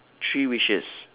three wishes